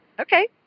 Okay